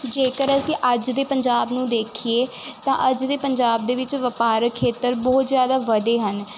ਜੇਕਰ ਅਸੀਂ ਅੱਜ ਦੇ ਪੰਜਾਬ ਨੂੰ ਦੇਖੀਏ ਤਾਂ ਅੱਜ ਦੇ ਪੰਜਾਬ ਦੇ ਵਿੱਚ ਵਪਾਰਕ ਖੇਤਰ ਬਹੁਤ ਜ਼ਿਆਦਾ ਵਧੇ ਹਨ